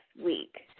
week